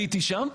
הייתי שם.